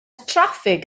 traffig